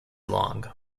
long